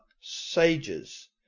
sages